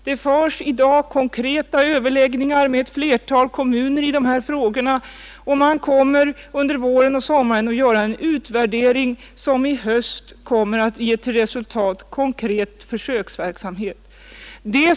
Det hålls i dag konkreta överläggningar med ett flertal kommuner, och man kommer under våren och sommaren att göra en utvärdering, som i höst kommer att ge till resultat konkret försöksverksamhet.